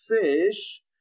fish